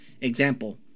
Example